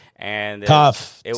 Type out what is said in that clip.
Tough